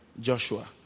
Joshua